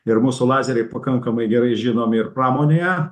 ir mūsų lazeriai pakankamai gerai žinomi ir pramonėje